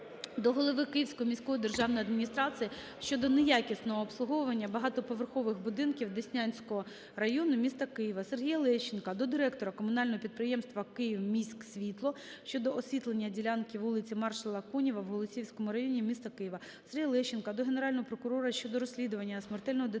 до голови Київської міської державної адміністрації щодо неякісного обслуговування багатоповерхових будинків Деснянського району міста Києва. Сергія Лещенка до директора комунального підприємства "Київміськсвітло" щодо освітлення ділянки вулиці Маршала Конєва в Голосіївському районі міста Києва. Сергія Лещенка до Генерального прокурора щодо розслідування смертельного ДТП